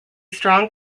strong